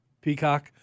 Peacock